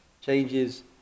changes